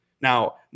Now